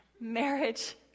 Marriage